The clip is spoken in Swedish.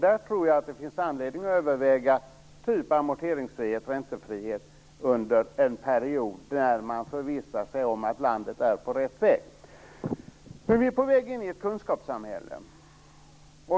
Där tror jag att det finns anledning att överväga åtgärder som amorteringsfrihet och räntefrihet under en period när man förvissar sig om att landet är på rätt väg. Nu är vi på väg in i ett kunskapssamhälle.